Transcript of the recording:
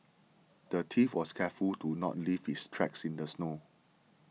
the thief was careful to not leave his tracks in the snow